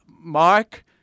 Mark